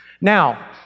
Now